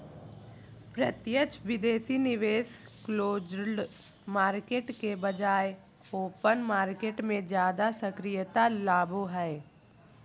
प्रत्यक्ष विदेशी निवेश क्लोज्ड मार्केट के बजाय ओपन मार्केट मे ज्यादा सक्रियता लाबो हय